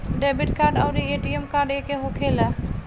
Debit card आउर ATM card एके होखेला?